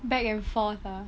back and forth ah